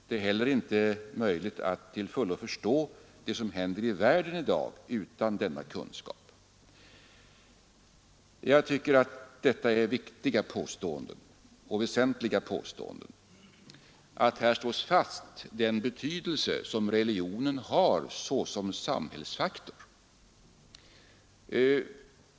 Det är heller inte möjligt att till fullo förstå det som händer i världen i dag utan denna kunskap.” Jag tycker att detta är väsentliga påståenden — att här slås fast den betydelsen som religionen har såsom samhällsfaktor.